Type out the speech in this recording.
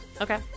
Okay